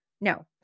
No